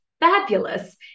fabulous